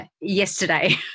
yesterday